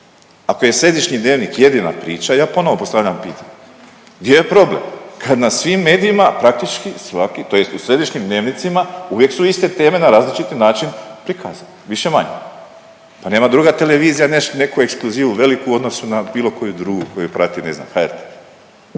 Ako je središnji Dnevnik jedina priča, ja ponovno postavljam pitanje gdje je problem kad na svim medijima praktički svaki, tj. u središnjim Dnevnicima uvijek su iste teme na različiti način prikazane više-manje. Pa nema druga televizija neku ekskluzivu veliku u odnosu na bilo koju drugu koju prati ne znam HRT.